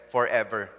Forever